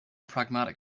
pragmatic